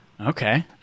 Okay